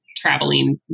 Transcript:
traveling